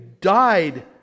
died